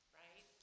right